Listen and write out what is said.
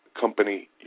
company